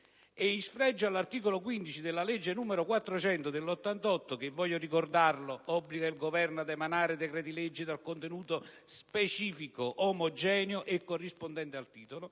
in spregio all'articolo 15 della legge n. 400 del 1988, che obbliga il Governo ad emanare decreti-legge dal contenuto specifico, omogeneo e corrispondente al titolo,